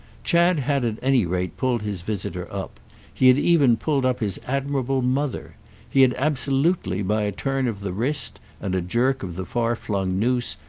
chad had at any rate pulled his visitor up he had even pulled up his admirable mother he had absolutely, by a turn of the wrist and a jerk of the far-flung noose,